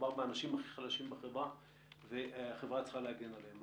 מדובר באנשים הכי חלשים בחברה והחברה צריכה להגן עליהם.